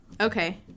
okay